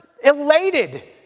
elated